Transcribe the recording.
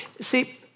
See